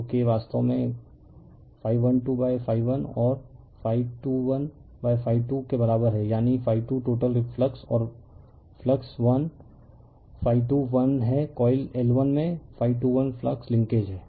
तो K वास्तव में ∅1 2∅1 or ∅2 1∅2 के बराबर है यानी ∅2 टोटल फ्लक्स और फ्लक्स 1∅2 1 है कॉइल L1 में ∅2 1 फ्लक्स लिंकेज है